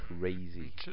crazy